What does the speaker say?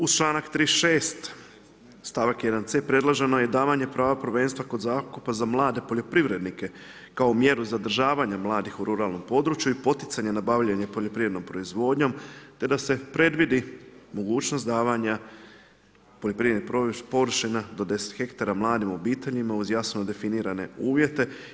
Uz članak 36. stavak 1 C, predloženo je davanje prava prvenstva kod zakupa kod mlade poljoprivrednike, kao mjeru zadržavanja mladih u ruralnim području i poticanju nabavljanje poljoprivrednom proizvodnjom, te da se predvidi mogućnost davanja poljoprivrednih površina do 10 hektara, mladim obiteljima, uz jasno definirane uvijete.